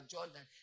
Jordan